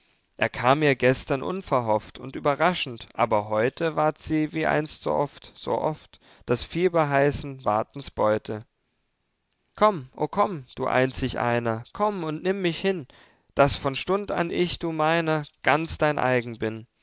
er kam ihr gestern unverhofft und überraschend aber heute ward sie wie einst so oft so oft des fieberheißen wartens beute komm o komm du einzig einer komm und nimm mich hin daß von stund an ich du meiner ganz dein eigen bin